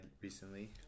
recently